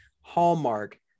Hallmark